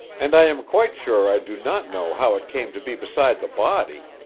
and i am quite sure i do not know how it came to be beside the body,